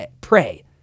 pray